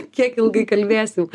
kiek ilgai kalbėsim